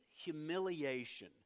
humiliation